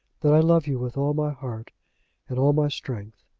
that i love you with all my heart and all my strength.